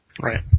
Right